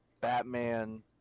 batman